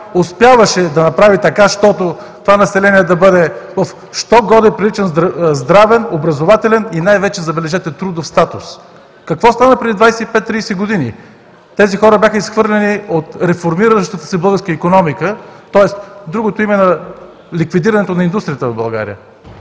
успяваше да направи така щото това население да бъде що-годе с приличен здравен, образователен и най-вече, забележете, трудов статус. Какво стана преди 25 – 30 години? Тези хора бяха изхвърлени от реформиращата се българска икономика тоест, другото име на ликвидирането на индустрията в България.